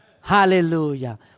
Hallelujah